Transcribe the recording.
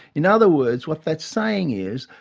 in other words, what that's saying is,